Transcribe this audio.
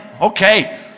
okay